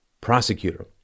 prosecutor